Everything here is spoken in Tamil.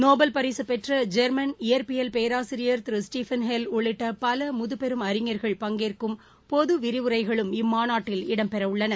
நோபல் பரிசுப்பெற்ற ஜெர்மன் இயற்வியல் பேராசிரியர் திரு ஸ்டீஃபள் ஹெல் உள்ளிட்ட பல முதுபெரும் அறிஞர்கள் பங்கேற்கும் பொது விரிவுரைகளும் இம்மாநாட்டில் இடம்பெறவுள்ளன